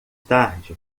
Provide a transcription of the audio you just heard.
tarde